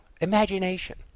Imagination